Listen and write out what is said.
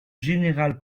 général